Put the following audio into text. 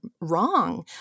wrong